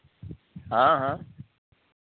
हाँ हाँ